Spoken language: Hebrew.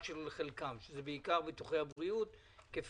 את חלקם שזה בעיקר ביטוחי הבריאות כפי